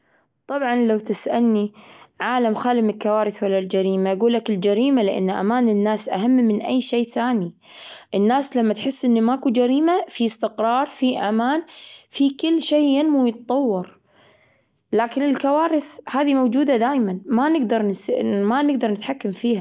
طبعا، لو تسألني عالم خالي من الكوارث ولا الجريمة؟ أقول لك الجريمة. لأن أمان الناس أهم من أي شيء ثاني. الناس لما تحس أنه ما قو جريمة، في استقرار، في أمان، في كل شيء ينمو ويتطور. لكن الكوارث هذي موجودة دايما، ما نقدر نس-ما نقدر نتحكم فيها.